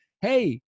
hey